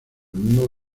mundo